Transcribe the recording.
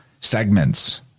segments